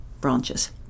branches